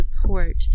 support